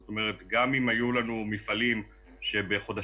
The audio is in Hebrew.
זאת אומרת שגם אם היו לנו מפעלים שבחודשים